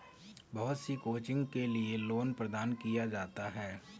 बहुत सी कोचिंग के लिये लोन प्रदान किया जाता है